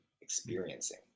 experiencing